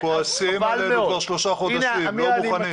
הם כועסים עלינו כבר שלושה חודשים, לא מוכנים.